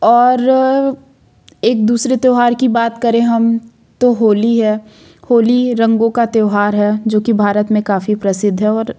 और एक दूसरे त्योहार की बात करें हम तो होली है होली रंगों का त्योहार है जो कि भारत मे काफ़ी प्रसिद्ध है और